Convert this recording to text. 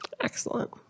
Excellent